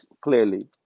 clearly